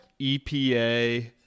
EPA